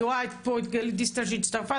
אני רואה שחברת הכנסת גלית דיסטל הצטרפה.